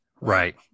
Right